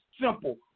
simple